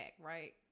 right